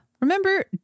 Remember